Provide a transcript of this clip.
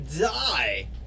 die